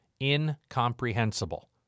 Incomprehensible